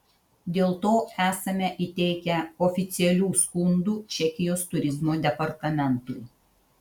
dėl to esame įteikę oficialių skundų čekijos turizmo departamentui